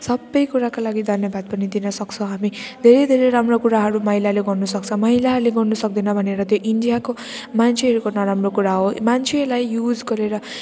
सबै कुराका लागि धन्यवाद पनि दिनसक्छौँ हामी धेरै धेरै राम्रो कुराहरू महिलाले गर्नसक्छ महिलाहरूले गर्न सक्दैन भनेर त इन्डियाको मान्छेहरूको नराम्रो कुरा हो मान्छेलाई युज गरेर